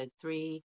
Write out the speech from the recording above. three